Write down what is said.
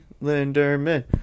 Linderman